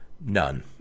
none